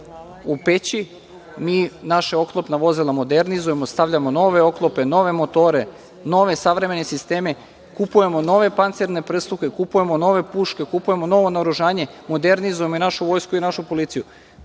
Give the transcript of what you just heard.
u peći. Mi naša oklopna vozila modernizujemo. Stavljamo nove oklope, nove motore, nove savremene sisteme. Kupujemo nove pancirne prsluke. Kupujemo nove puške. Kupujemo novo naoružanje. Modernizujemo i našu vojsku i našu policiju.